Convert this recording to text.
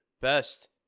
best